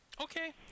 okay